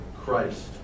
Christ